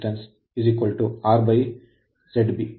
05 ಈಗ ಶೇಕಡಾವಾರು resistance ಪ್ರತಿರೋಧ RZB